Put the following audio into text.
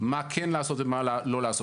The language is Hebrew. מה כן לעשות ומה לא לעשות.